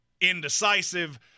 Indecisive